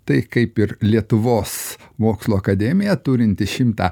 tai kaip ir lietuvos mokslų akademija turinti šimtą